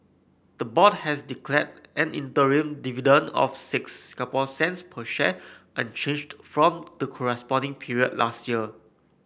the board has declared an interim dividend of six Singapore cents per share unchanged from the corresponding period last year